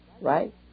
right